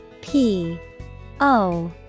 P-O